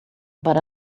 but